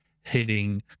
hitting